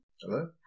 Hello